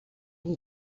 will